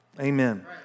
Amen